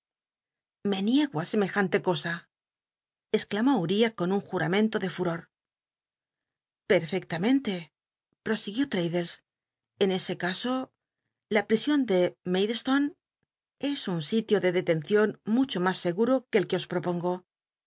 niego i semejante cosa exclamó ul'iah con un juramento de fmor perfectamente prosiguió rraddlcs en ese caso la prision de maidstonc es un sitio de detcncion mucho mas seguro que el que os propongo